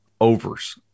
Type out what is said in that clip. overs